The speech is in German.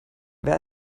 wer